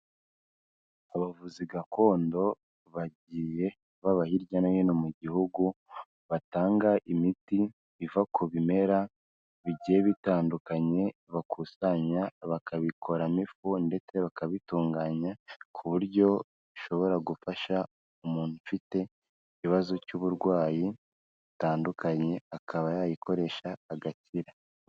Abavuzi gakondo bagiye baba hirya no hino mu gihugu, batanga imiti iva ku bimera bigiye bitandukanye bakusanya bakabikoramo ifu ndetse bakabitunganya ku buryo ishobora gufasha umuntu ufite ikibazo cy'uburwayi butandukanye akaba yayikoresha agakira.